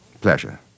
Pleasure